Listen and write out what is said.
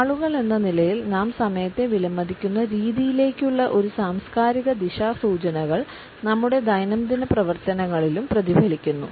ആളുകളെന്ന നിലയിൽ നാം സമയത്തെ വിലമതിക്കുന്ന രീതിയിലേക്കുള്ള ഈ സാംസ്കാരിക ദിശാസൂചനകൾ നമ്മുടെ ദൈനംദിന പ്രവർത്തനങ്ങളിലും പ്രതിഫലിക്കുന്നു